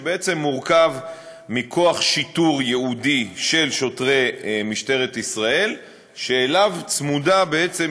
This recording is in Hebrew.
שבעצם מורכב מכוח שיטור ייעודי של שוטרי משטרת ישראל שאליו צמודה בעצם